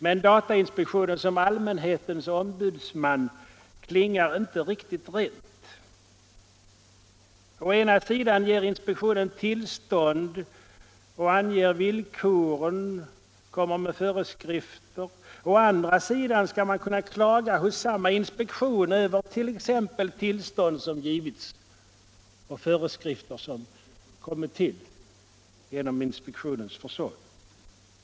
Men datainspektionen som ”allmänhetens ombudsman” klingar inte riktigt rent. Å ena sidan ger inspektionen tillstånd och anger villkor och kommer med föreskrifter, å andra sidan skall man kunna klaga hos samma inspektion över t.ex. tillstånd som givits genom inspektionens försorg.